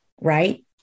right